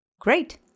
Great